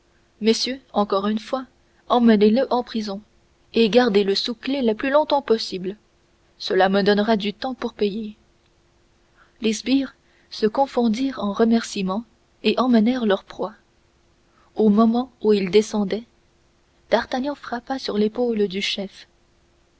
messieurs encore une fois emmenez-le en prison et gardez-le sous clef le plus longtemps possible cela me donnera du temps pour payer les sbires se confondirent en remerciements et emmenèrent leur proie au moment où ils descendaient d'artagnan frappa sur l'épaule du chef